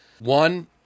one